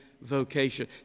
vocation